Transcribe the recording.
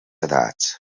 edats